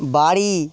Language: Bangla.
বাড়ি